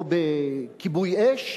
או בכיבוי אש?